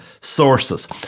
sources